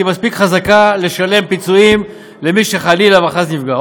היא מספיק חזקה לשלם פיצויים למי שחלילה וחס נפגע,